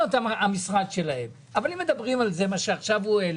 אותם המשרד שלהם אבל אם מדברים על מה שעכשיו הוא העלה,